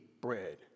bread